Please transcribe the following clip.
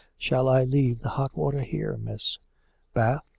shall i leave the hot water here, miss bath.